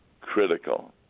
critical